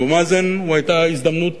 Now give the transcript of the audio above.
עם אבו מאזן היתה הזדמנות